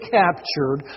captured